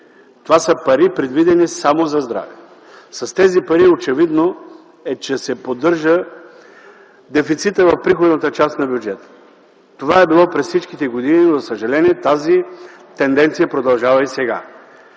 Това са пари предвидени само за здраве. С тези пари очевидно е, че се поддържа дефицитът в приходната част на бюджета. Това е било през всичките години. За съжаление тази тенденция продължава и сега.